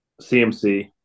CMC